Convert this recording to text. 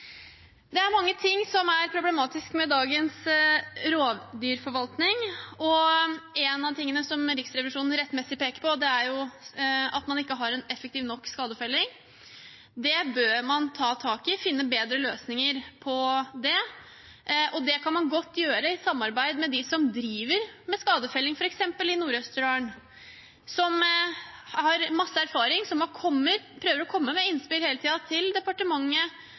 Det er mange ting som er problematisk med dagens rovdyrforvaltning, og én av tingene som Riksrevisjonen rettmessig peker på, er at man ikke har en effektiv nok skadefelling. Det bør man ta tak i og finne bedre løsninger på. Det kan man godt gjøre i samarbeid med dem som driver med skadefelling, f.eks. i Nord-Østerdalen, som har masse erfaring, som prøver å komme med innspill hele tiden til departementet